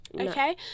Okay